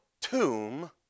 tomb